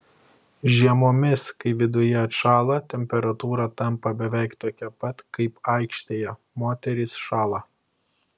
žiemomis kai viduje atšąla temperatūra tampa beveik tokia pat kaip aikštėje moterys šąla